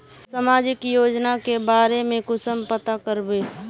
सामाजिक योजना के बारे में कुंसम पता करबे?